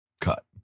cut